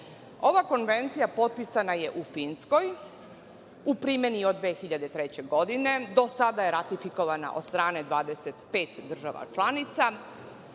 Ova konvencija potpisana je u Finskoj. U primeni je od 2003. godine. Do sada je ratifikovana od strane 25 država članica.